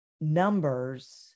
numbers